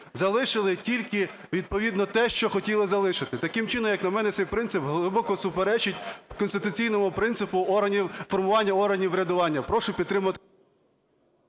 Залишили тільки відповідно те, що хотіли залишити. Таким чином, як на мене, цей принцип глибоко суперечить конституційному принципу формування органів врядування. Прошу підтримати…